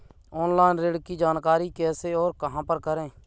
Online ऋण की जानकारी कैसे और कहां पर करें?